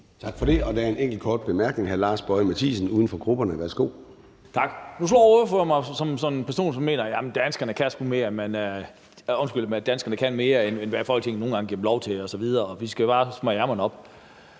Tak for det. Der er en enkelt kort bemærkning fra hr. Lars Boje Mathiesen, uden for grupperne. Værsgo. Kl. 13:10 Lars Boje Mathiesen (UFG): Tak. Nu slår ordføreren mig jo som sådan en person, som mener, at danskerne kan mere, end hvad Folketinget nogle gange giver dem lov til osv., og at vi bare skal smøge ærmerne op.